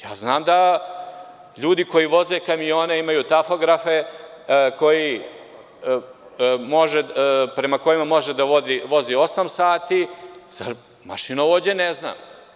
Ja znam da ljudi koji voze kamione imaju tafografe prema kojima može da vozi osam sati, za mašinovođe ne znam.